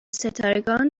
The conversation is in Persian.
ستارگان